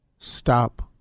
Stop